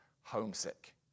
homesick